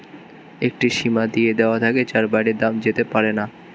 একটি সীমা দিয়ে দেওয়া থাকে যার বাইরে দাম যেতে পারেনা